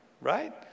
right